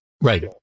Right